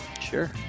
Sure